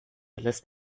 lässt